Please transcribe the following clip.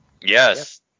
Yes